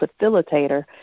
facilitator